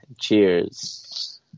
Cheers